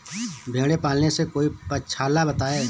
भेड़े पालने से कोई पक्षाला बताएं?